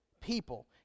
people